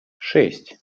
шесть